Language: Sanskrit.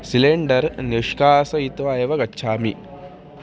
सिलेण्डर् निष्कासयित्वा एव गच्छामि